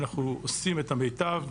אנחנו עושים את המיטב,